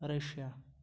Russia